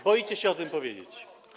Boicie się o tym powiedzieć.